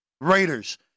Raiders